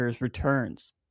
returns